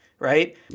Right